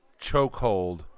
chokehold